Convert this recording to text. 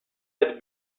had